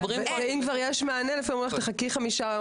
ואם כבר יש מענה לפעמים אומרים לך תחכי חמישה,